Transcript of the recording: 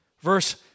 Verse